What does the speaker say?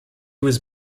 was